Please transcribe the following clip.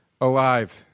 Alive